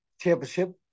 championship